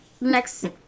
Next